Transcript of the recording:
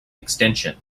extension